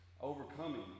overcoming